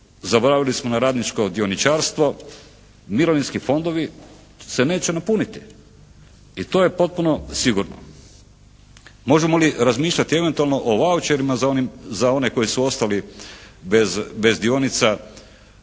Zaboravili smo na radničko dioničarstvo. Mirovinski fondovi se neće napuniti. I to je potpuno sigurno. Možemo li razmišljati eventualno o vaucherima za one koji su ostali bez dionica